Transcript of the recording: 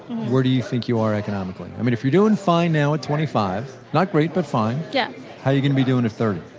where do you you think you are economically? i mean if you're doing fine now at twenty five, not great, but fine, yeah how you gonna be doing at thirty?